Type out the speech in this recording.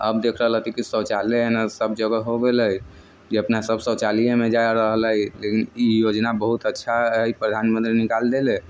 आब देख रहल हेति कि शौचालय एने सभजगह हो गेल हइ कि अपनासभ शौचालएमे जा रहल हइ लेकिन ई योजना बहुत अच्छा हइ प्रधानमंत्री निकालि देले